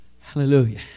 hallelujah